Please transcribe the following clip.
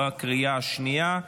בקריאה השנייה.